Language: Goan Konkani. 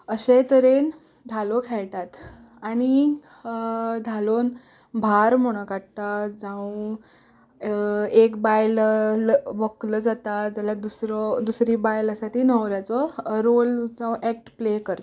अशे तरेन धालो खेळटात आनी धालोन भार म्हणो काडटा जावं एक बायल व्हंकलो जाता जाल्या दुसरी बायल आसा ती न्हवऱ्याचो रोल जावं एक्ट प्ले करता